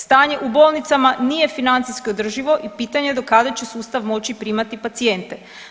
Stanje u bolnicama nije financijski održivo i pitanje do kada će sustav moći primati pacijente.